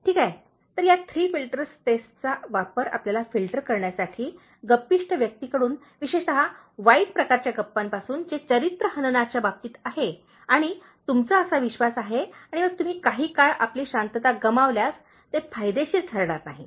ठीक आहे तर या थ्री फिल्टर्स टेस्टचा वापर आपल्याला फिल्टर करण्यासाठी गप्पिष्ट व्यक्तीकडून विशेषत वाईट प्रकारच्या गप्पांपासून जे चरित्र हननच्या बाबतीत घडत आहे आणि तुमचा असा विश्वास आहे आणि मग तुम्ही काही काळ आपली शांतता गमावल्यास ते फायदेशीर ठरणार नाही